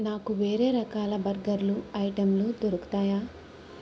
నాకు వేరే రకాల బర్గర్లు ఐటెంలు దొరుకుతాయా